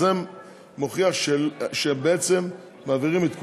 זה מוכיח שבעצם מעבירים את כולם,